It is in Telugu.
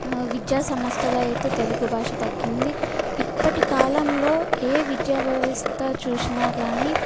విద్యా సమస్థలైతే తెలుగు భాష తగ్గింది ఇప్పటి కాలంలో ఏ విద్యా వ్యవస్థ చూషినా గానీ